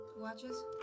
watches